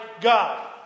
God